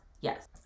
yes